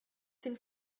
sin